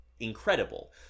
Incredible